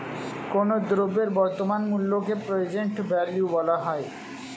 কোনো দ্রব্যের বর্তমান মূল্যকে প্রেজেন্ট ভ্যালু বলা হয়